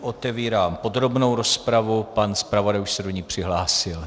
Otevírám podrobnou rozpravu, pan zpravodaj už se do ní přihlásil.